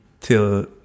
till